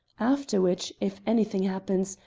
after which, if anything happens,